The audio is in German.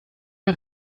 wer